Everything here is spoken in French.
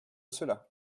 cela